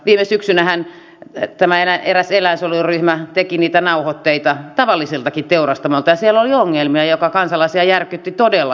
viime syksynähän eräs eläinsuojeluryhmä teki niitä nauhoitteita tavallisiltakin teurastamoilta ja siellä oli ongelmia jotka kansalaisia järkyttivät todella syvästi